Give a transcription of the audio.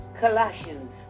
colossians